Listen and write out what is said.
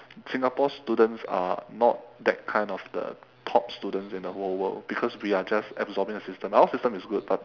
singapore students are not that kind of the top students in the whole world because we are just absorbing the system our system is good but